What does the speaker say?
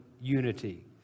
unity